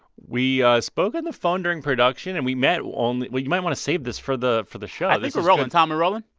we ah spoke on the phone during production. and we met on well, you might want to save this for the for the show i think we're rolling. tom, we're rolling?